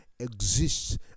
exists